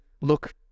look